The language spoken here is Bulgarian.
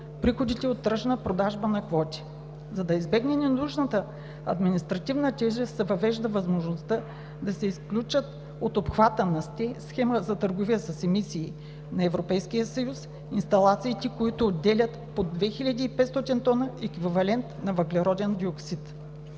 приходите от тръжната продажба на квоти. За да се избегне ненужната административна тежест, се въвежда възможността да се изключат от обхвата на СТЕ – Схема за търговия с емисии, на Европейския съюз, инсталациите, които отделят под 2500 тона еквивалент на въглероден диоксид.